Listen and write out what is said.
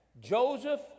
joseph